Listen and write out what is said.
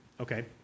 Okay